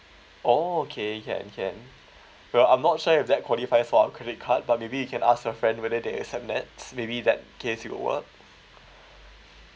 okay can can uh I'm not sure if that qualify for our credit card but maybe you can ask your friend whether they accept that's maybe that case you work